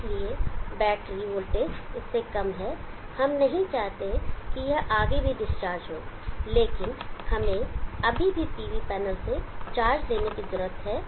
इसलिए battery voltage इससे कम है हम नहीं चाहते कि यह आगे भी डिस्चार्ज हो लेकिन हमें अभी भी PV पैनल से चार्ज लेने की जरूरत है